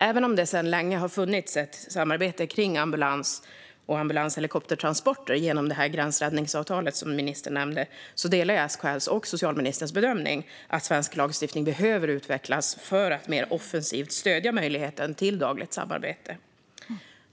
Även om det sedan länge har funnits ett samarbete kring ambulans och ambulanshelikoptertransporter genom det gränsräddningsavtal som ministern nämnde delar jag SKL:s och socialministerns bedömning att svensk lagstiftning behöver utvecklas för att mer offensivt stödja möjligheten till dagligt samarbete.